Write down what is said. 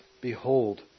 Behold